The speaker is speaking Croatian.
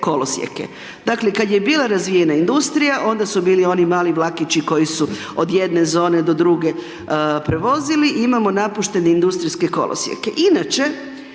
kolosijeke. Dakle kada je bila razvijena industrija onda su bili oni mali vlakići koji su od jedne zone do druge prevozili i imamo napuštene industrijske kolosijeke. Inače,